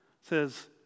says